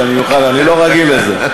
אני לא רגיל לזה.